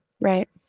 Right